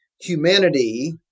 humanity